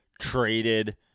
traded